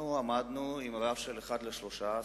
אנחנו העמדנו רף של אחד לשלושה,